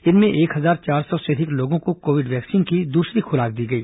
इनमें एक हजार चार सौ से अधिक लोगों को कोविड वैक्सीन की दूसरी खुराक दी गई